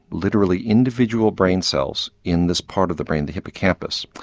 literally individual brain cells in this part of the brain, the hippocampus,